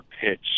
pitch